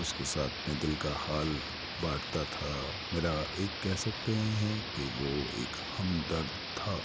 اس کے ساتھ میں دل کا حال بانٹتا تھا میرا ایک کہہ سکتے ہیں کہ وہ ایک ہمدرد تھا